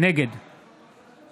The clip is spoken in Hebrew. נגד